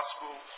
gospel